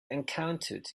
encountered